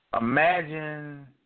Imagine